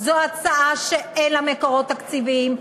זו הצעה שאין לה מקורות תקציביים,